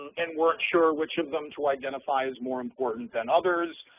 and weren't sure which of them to identify as more important than others.